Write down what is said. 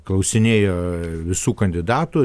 klausinėjo visų kandidatų